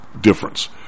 difference